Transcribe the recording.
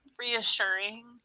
reassuring